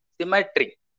symmetry